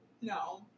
No